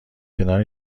کنار